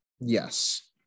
Yes